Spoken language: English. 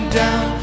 down